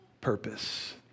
Purpose